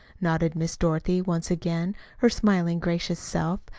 nodded miss dorothy, once again her smiling, gracious self,